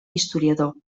historiador